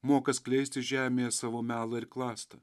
moka skleisti žemėje savo melą ir klastą